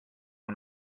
and